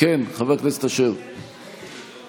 לסעיף 1 לא נתקבלה.